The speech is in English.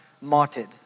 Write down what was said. martyred